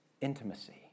intimacy